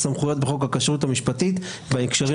אז הסמכויות בחוק הכשרות המשפטית והאפוטרופסות בהקשרים